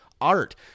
art